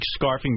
scarfing